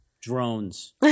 Drones